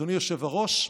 אדוני היושב-ראש,